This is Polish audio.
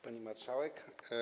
Pani Marszałek!